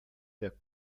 der